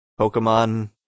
Pokemon